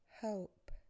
Hope